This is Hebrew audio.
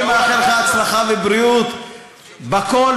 אני מאחל לך הצלחה ובריאות בכול,